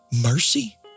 Mercy